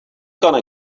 gonna